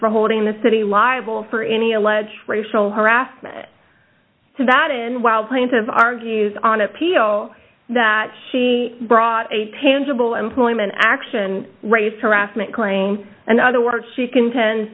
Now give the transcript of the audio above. for holding the city liable for any alleged racial harassment so that in wild plaintive argues on appeal that she brought a tangible employment action race harassment claim and other work she conten